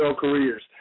careers